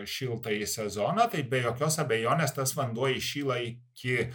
šiltąjį sezoną tai be jokios abejonės tas vanduo įšyla iki